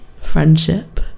friendship